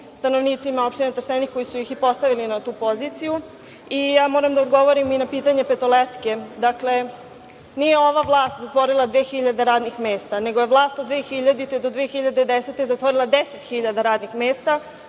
stanovnicima opštine Trstenik koji su ih i postavili na tu poziciju. Moram da odgovorim i na pitanje „Petoletke“. Dakle, nije ova vlast zatvorila dve hiljade radnih mesta, nego je vlast od 2000. do 2010. godine zatvorila deset hiljada radnih mesta,